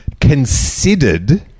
considered